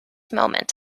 moment